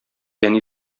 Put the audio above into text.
әни